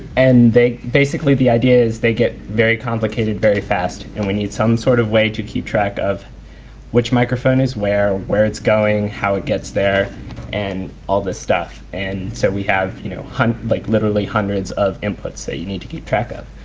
and basically the idea is they get very complicated very fast and we need some sort of way to keep track of which microphone is where, where it's going, how it gets there and all this stuff. and so we have you know like literally hundreds of inputs that you need to keep track of.